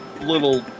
little